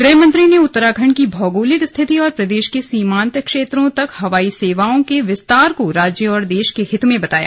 गृहमंत्री ने उत्तराखण्ड की भौगोलिक स्थिति और प्रदेश के सीमांत क्षेत्रों तक हवाई सेवाओं का विस्तार राज्य और देश के हित में बताया